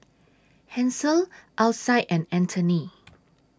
Hansel Alcide and Anthony